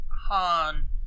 Han